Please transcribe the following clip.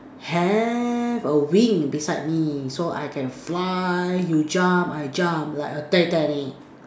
have a wing beside me so I can fly you jump I jump like a Titanic